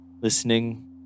listening